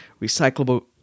recyclable